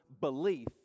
belief